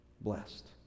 Blessed